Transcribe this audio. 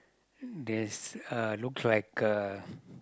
this uh looks like a